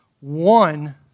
one